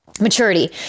maturity